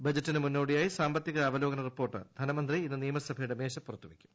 ബജറ്റിന് മുന്നോടിയായി സാമ്പത്തിക അവലോകന റിപ്പോർട്ട് ധനമന്ത്രി ഇന്ന് നിയമസഭയുടെ മേശപ്പുറത്ത് വയ്ക്കും